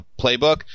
playbook